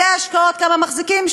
בתי-ההשקעות, כמה מחזיקים?